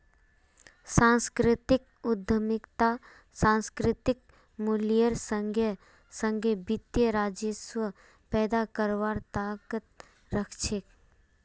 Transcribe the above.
सांस्कृतिक उद्यमितात सांस्कृतिक मूल्येर संगे संगे वित्तीय राजस्व पैदा करवार ताकत रख छे